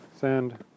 sand